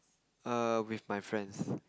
err with my friends